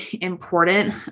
important